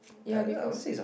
ya because